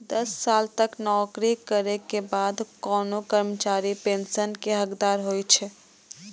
दस साल तक नौकरी करै के बाद कोनो कर्मचारी पेंशन के हकदार होइ छै